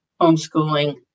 homeschooling